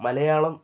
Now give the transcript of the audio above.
Malayalam